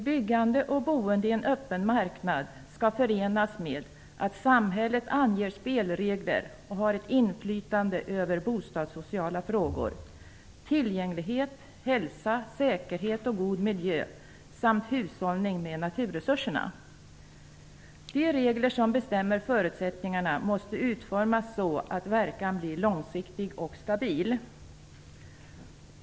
Byggande och boende i en öppen marknad skall förenas med att samhället anger spelregler och har inflytande över bostadsociala frågor såsom tillgänglighet, hälsa, säkerhet och god miljö samt hushållning med naturresurserna. De regler som bestämmer förutsättningarna måste utformas så att verkan blir långsiktig och stabil.